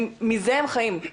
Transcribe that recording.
מזה הם חיים.